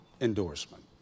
endorsement